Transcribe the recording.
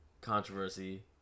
controversy